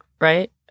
Right